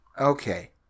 Okay